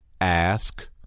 Ask